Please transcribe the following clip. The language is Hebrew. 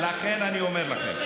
לכן אני אומר לכם,